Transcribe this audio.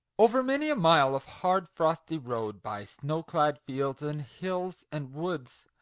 over many a mile of hard, frosty road, by snow-clad fields and hills and woods,